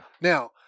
Now